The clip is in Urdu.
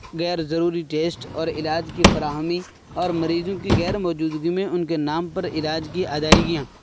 غیر ضروری ٹیسٹ اور علاج کی فراہمی اور مریضوں کی غیر موجودگی میں ان کے نام پر علاج کی ادائیگیاں